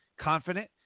confident